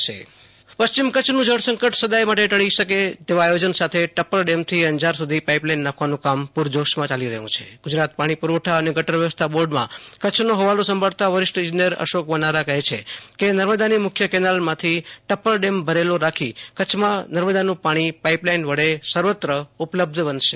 આશુ તોષ અંતાણી કચ્છ નર્મદા જળ વિતરણ બાઈટ પશ્ચિમ કચ્છ નું જળ સંકટ સદાય માટે ટળી જદ્ય તેવા આયોજન સાથે ટપ્પર ડેમ થી અંજાર સુ ધી પાઈપ લાઈન નાંખવાનું કામ પુ રજોશ માં યાલી રહ્યું છેગુજરાત પાણી પુ રવઠા અને ગટર વ્યવસ્થા બોર્ડ માં કચ્છ નો હવાલો સાંભળતા વરિષ્ટ ઈજનેર અશોક વનારા કહે છે કે નર્મદા ની મુખ્ય કેનાલ માંથી ટપ્પર ડેમ ભરેલો રાખી કચ્છ માંનર્મદા નું પાણીપાઈપ લાઈન વડે સર્વત્ર ઉપલબ્ધ બનશે